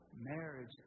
Marriage